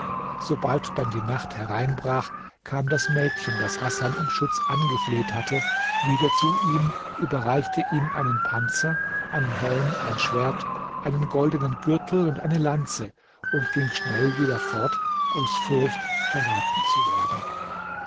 sobald dann die nacht hereinbrach kam das mädchen das hasan um schutz angefleht hatte wieder zu ihm überreichte ihm einen panzer einen helm ein schwert einen goldenen gürtel und eine lanze und ging schnell wieder fort aus furcht verraten zu werden